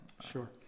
Sure